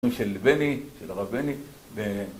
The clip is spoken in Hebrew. של בני של הרב בני